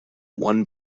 one